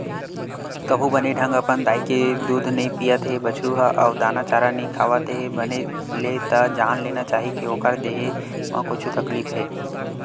कभू बने ढंग अपन दाई के दूद नइ पियत हे बछरु ह अउ दाना चारा नइ खावत हे बने ले त जान लेना चाही के ओखर देहे म कुछु तकलीफ हे